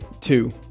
two